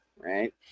right